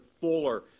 fuller